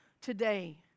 today